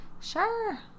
sure